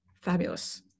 Fabulous